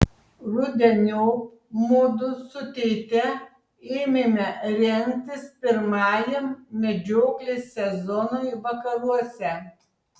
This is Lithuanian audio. rudeniop mudu su tėte ėmėme rengtis pirmajam medžioklės sezonui vakaruose